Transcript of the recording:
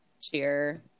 cheer